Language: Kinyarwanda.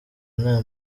nta